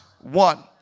one